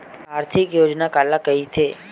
आर्थिक योजना काला कइथे?